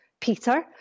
Peter